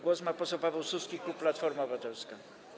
Głos ma poseł Paweł Suski, klub Platforma Obywatelska.